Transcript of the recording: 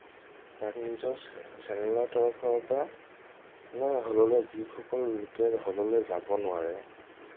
প্ৰাগ নিউজৰ চে চেনেলৰ তৰফৰ পৰা হললৈ যিসকল লোকে হললৈ যাব নোৱাৰে